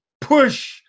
push